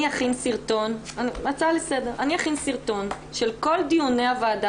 אני אכין סרטון של כל דיוני הוועדה.